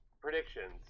predictions